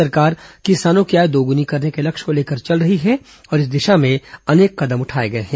सरकार किसानों की आय दोगुनी करने के लक्ष्य को लेकर चल रही है और इस दिशा में अनेक कदम उठाए गए हैं